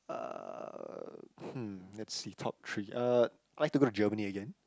uh hmm let's see top three uh like to go to Germany again